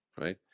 right